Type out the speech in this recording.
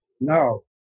No